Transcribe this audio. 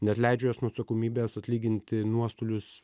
neatleidžia jos nuo atsakomybės atlyginti nuostolius